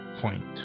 point